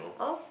oh